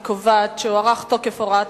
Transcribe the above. חוק ומשפט בדבר הארכת תוקפה של הוראת